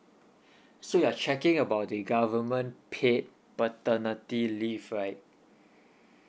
so you're checking about the government paid paternity leave right